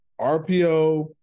RPO